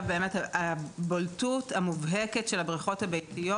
הבולטות המובהקת של הבריכות הביתיות.